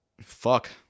Fuck